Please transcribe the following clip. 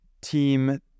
team